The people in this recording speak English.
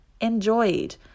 enjoyed